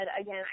again